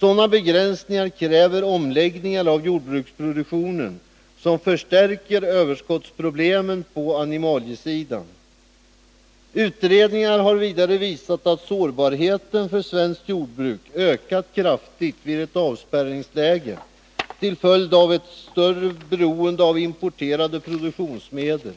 Sådana begränsningar kräver omläggningar av jordbruksproduktionen som förstärker överskottsproblemen på animaliesidan. Utredningar har vidare visat att sårbarheten för svenskt jordbruk ökat kraftigt vid ett avspärrningsläge till följd av ett större beroende av importerade produktionsmedel.